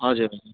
हजुर हजुर